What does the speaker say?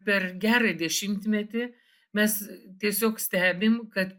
per gerą dešimtmetį mes tiesiog stebim kad